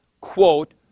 quote